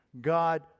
God